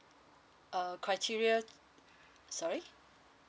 uh criteria sorry